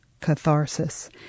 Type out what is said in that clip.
catharsis